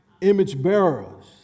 image-bearers